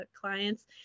clients